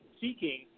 seeking